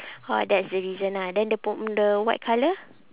orh that's the reason ah then the pur~ the white colour